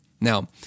Now